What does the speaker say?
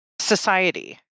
society